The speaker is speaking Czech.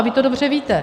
Vy to dobře víte.